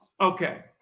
Okay